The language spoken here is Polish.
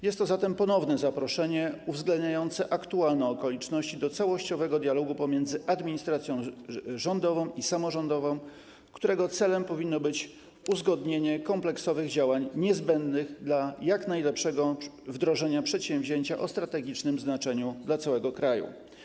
Jest to zatem ponowne zaproszenie, uwzględniające aktualne okoliczności, do całościowego dialogu pomiędzy administracją rządową i samorządową, którego celem powinno być uzgodnienie kompleksowych działań niezbędnych dla jak najlepszego wdrożenia przedsięwzięcia o strategicznym znaczeniu dla całego kraju.